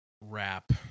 wrap